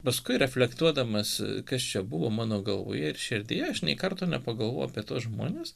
paskui reflektuodamas kas čia buvo mano galvoje ir širdyje aš nė karto nepagalvojau apie tuos žmones